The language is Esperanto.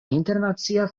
internacia